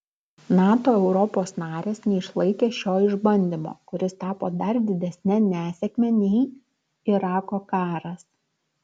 nato europos narės neišlaikė šio išbandymo kuris tapo dar didesne nesėkme nei irako karas